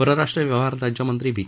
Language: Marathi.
परराष्ट्र व्यवहार राज्यमंत्री व्ही